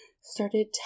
started